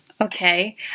Okay